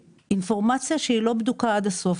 לאינפורמציה שהיא לא בדוקה על הסוף.